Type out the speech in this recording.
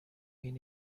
این